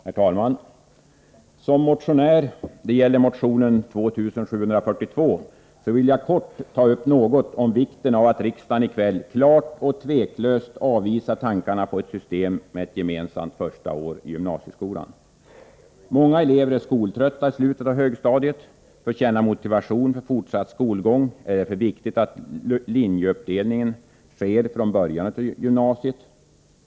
Herr talman! Som motionär — det gäller motionen 2742 -— vill jag kort ta upp något om vikten av att riksdagen i kväll klart och tveklöst avvisar tankarna på ett system med ett gemensamt första år i gymnasieskolan. Många elever är skoltrötta i slutet av högstadiet. För att eleverna skall känna motivation för fortsatt skolgång är det viktigt att linjeuppdelningen sker redan från början av gymnasiet.